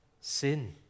sin